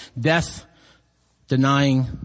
death-denying